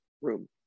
room